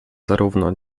zarówno